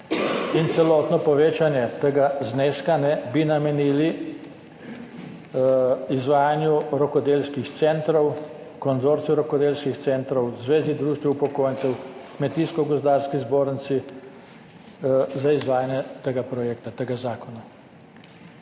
celotno povečanje tega zneska bi namenili izvajanju rokodelskih centrov, konzorcij rokodelskih centrov v Zvezi društev upokojencev, Kmetijsko-gozdarski zbornici za izvajanje tega